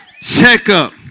checkup